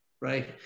right